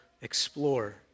explore